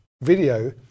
video